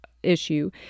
issue